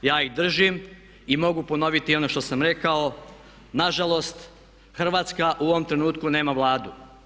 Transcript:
ih držim i mogu ponoviti i ono što sam rekao nažalost Hrvatska u ovom trenutku nema Vladu.